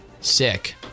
Sick